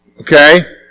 Okay